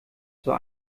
zur